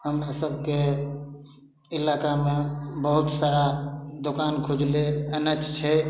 हमरा सबके इलाकामे बहुत सारा दोकान खुजलै एन एच छै